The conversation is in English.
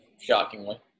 shockingly